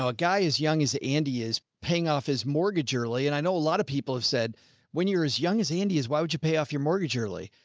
ah guy is young as andy is paying off his mortgage early. and i know a lot of people have said when you're as young as andy is, why would you pay off your mortgage early?